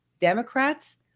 Democrats